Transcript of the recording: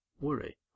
Worry